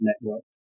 network